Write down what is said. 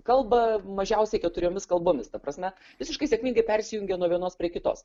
kalba mažiausiai keturiomis kalbomis ta prasme visiškai sėkmingai persijungia nuo vienos prie kitos